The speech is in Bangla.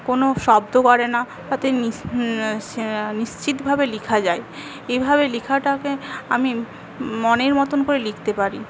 কোনো শব্দ করে না নিশ্চিতভাবে লিখা যায় এইভাবে লিখাটাকে আমি মনের মতোন করে লিখতে পারি